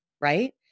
right